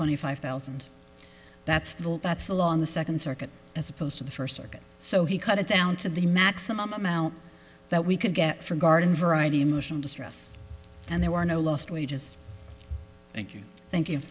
twenty five thousand that's the that's the law on the second circuit as opposed to the first circuit so he cut it down to the maximum amount that we could get for garden variety emotional distress and there are no last we just thank you thank you